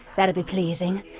that'd be pleasing.